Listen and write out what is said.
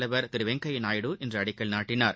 தலைவர் திரு வெங்கையா நாயுடு இன்று அடிக்கல் நாட்டினார்